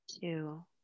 two